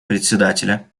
председателя